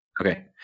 Okay